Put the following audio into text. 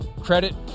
credit